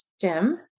Jim